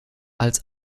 als